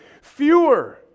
fewer